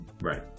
Right